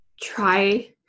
try